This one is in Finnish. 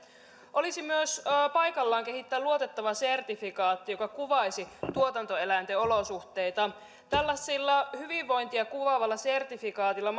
olisi myös paikallaan kehittää luotettava sertifikaatti joka kuvaisi tuotantoeläinten olosuhteita tällaisella hyvinvointia kuvaavalla sertifikaatilla